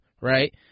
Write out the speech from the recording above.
right